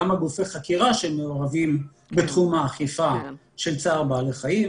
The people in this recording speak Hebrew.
כמה גופי חקירה שמעורבים בתחום האכיפה של צער בעלי חיים,